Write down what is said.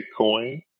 Bitcoin